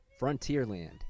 Frontierland